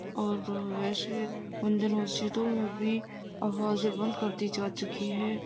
اور ویسے اندر مسجدوں میں بھی آوازیں بند کر دی جا چکی ہیں